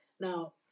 now